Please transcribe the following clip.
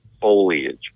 foliage